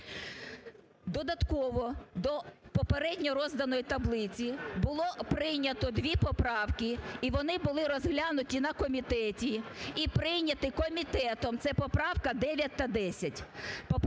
Додатково до попередньо розданої таблиці було прийнято дві поправки, і вони були розглянуті на комітеті і прийняті комітетом – це поправка 9 та 10.